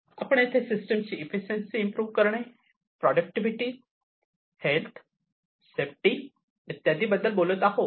आपण येथे सिस्टीम ची इफिसिएंसि इम्प्रू व करणे प्रॉडक्टिविटी हेल्थ सेफ्टी इत्यादीबद्दल बोलत आहोत